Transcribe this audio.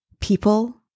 People